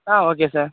ah okay sir